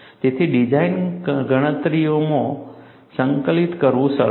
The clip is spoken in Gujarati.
તેથી ડિઝાઇન ગણતરીઓમાં સંકલિત કરવું સરળ છે